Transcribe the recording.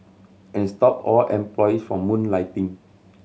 and stop all employees from moonlighting